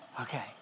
Okay